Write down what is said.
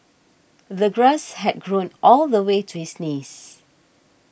the grass had grown all the way to his knees